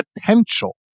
potential